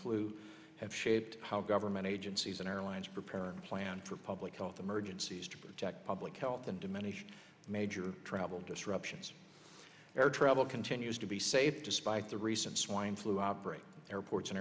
flu have shaped how government agencies and airlines prepare and plan for public health emergencies to protect public health and to many major travel disruptions air travel continues to be safe despite the recent swine flu outbreak airports